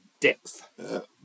depth